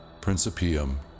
Principium